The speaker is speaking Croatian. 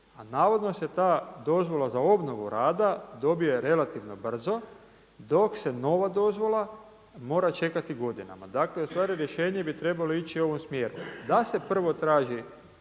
navodno se ta dozvola za obnovu rada dobije relativno brzo, dok se nova dozvola mora čekati godina. Dakle, ustvari rješenje bi trebalo ići u ovom smjeru da se prvo traže